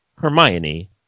Hermione